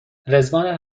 رضوان